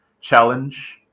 challenge